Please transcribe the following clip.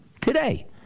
today